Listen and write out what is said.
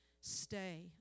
Stay